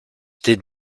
did